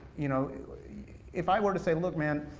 you know if i were to say look man,